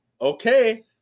okay